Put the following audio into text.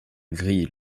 grille